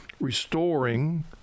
restoring